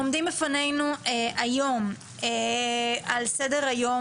עומדים בפנינו היום על סדר-היום,